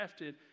crafted